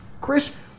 Chris